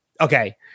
Okay